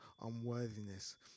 unworthiness